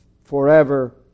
forever